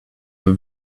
have